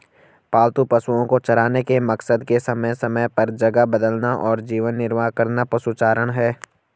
पालतू पशुओ को चराने के मकसद से समय समय पर जगह बदलना और जीवन निर्वाह करना पशुचारण है